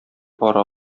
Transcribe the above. ара